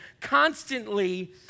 constantly